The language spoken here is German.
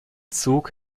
zug